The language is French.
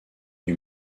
lui